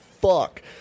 fuck